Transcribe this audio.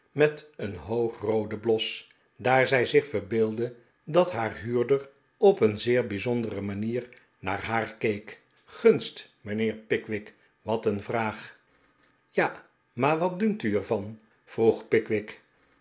met een hoogrooden bios daar zij zich verbeeldde dat naar huurder op een zeer bijzondere manier naar haar keek i gunst mijnheer pickwick wat een vraag ja maar wat dunkt u er van vroeg pickwick